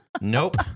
Nope